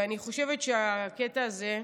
ואני חושבת שהקטע הזה,